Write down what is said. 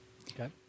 Okay